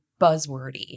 buzzwordy